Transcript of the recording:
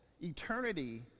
eternity